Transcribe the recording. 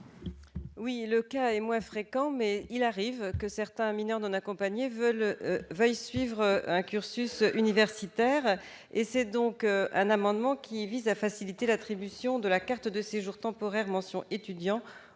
Le cas est moins fréquent, mais il arrive que certains mineurs non accompagnés veuillent suivre un cursus universitaire. Cet amendement vise donc à faciliter l'attribution de la carte de séjour temporaire mention « étudiant